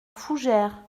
fougères